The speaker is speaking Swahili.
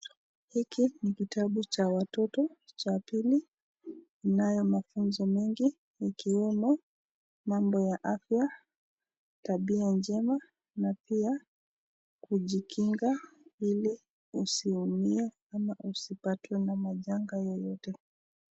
Hiki ni kitabu cha watoto cha pili inayo mafunzo mengi ikiwemo mambo ya afya, tabia njema na pia kujikinga ili usiumie ama usipatwe na majanga yoyote.